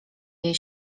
jej